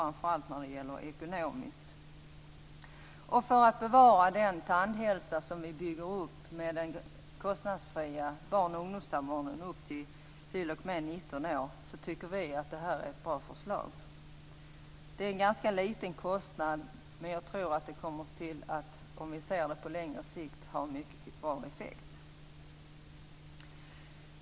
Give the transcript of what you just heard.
Det gäller framför allt de ekonomiska förutsättningarna. För att bevara den tandhälsa som byggs upp med den kostnadsfria barn och ungdomstandvården upp t.o.m. 19 år tycker vi att detta är ett bra förslag. Det är en ganska liten kostnad, men jag tror att detta på litet längre sikt kommer att ha mycket bra effekt.